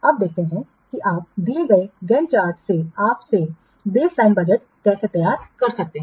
अब देखते हैं कि आप दिए गए गैंट चार्ट से आप से बेसलाइन बजट कैसे तैयार कर सकते हैं